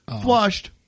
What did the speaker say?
flushed